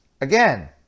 Again